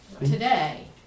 today